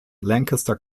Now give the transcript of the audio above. lancaster